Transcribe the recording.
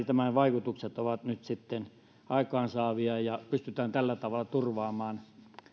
tämän vaikutukset ovat nyt sitten aikaansaavia ja pystytään tällä tavalla turvaamaan